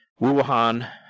Wuhan